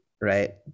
right